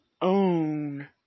own